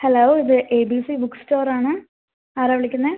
hello ഇതേ B C book സ്റ്റോറാണ് ആരാണ് വിളിക്കുന്നത്